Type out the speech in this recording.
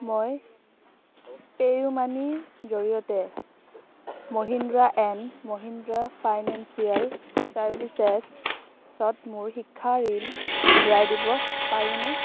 মই পেইমানিৰ জৰিয়তে মহিন্দ্ৰা এণ্ড মহিন্দ্ৰা ফাইনেন্সিয়েল চাৰ্ভিচেছত মোৰ শিক্ষা ঋণ ঘূৰাই দিব পাৰোঁনে